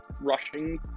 rushing